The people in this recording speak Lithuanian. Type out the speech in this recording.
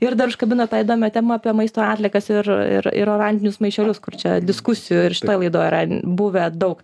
ir dar užkabino tą įdomią temą apie maisto atliekas ir ir ir oranžinius maišelius kur čia diskusijų ir šitoj laidoj yra buvę daug